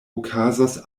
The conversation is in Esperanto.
okazas